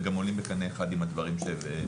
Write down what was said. גם עולים בקנה אחד עם הדברים שהמציע,